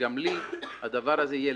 וגם לי הדבר הזה קשה.